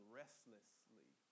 restlessly